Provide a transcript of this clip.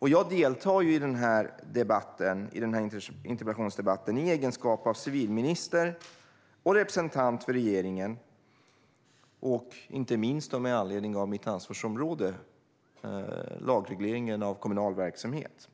Jag deltar i denna interpellationsdebatt i egenskap av civilminister och representant för regeringen, inte minst med anledning av mitt ansvarsområde: lagreglering av kommunal verksamhet.